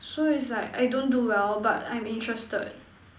so is like I don't do well but I'm interested